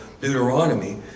Deuteronomy